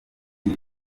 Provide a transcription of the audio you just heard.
ngo